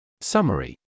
Summary